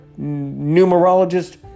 numerologist